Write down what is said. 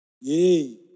Yay